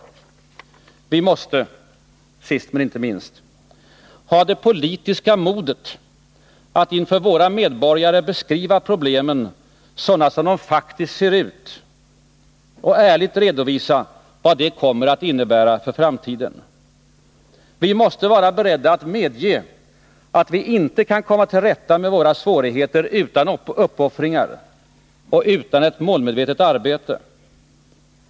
20 november 1980 Vi måste — sist men inte minst — ha det politiska modet att inför våra medborgare beskriva problemen sådana de faktiskt ser ut och ärligt redovisa vad de kommer att innebära för framtiden. Vi måste vara beredda att medge att vi inte kan komma till rätta med våra svårigheter utan uppoffringar och utan ett målmedvetet arbete.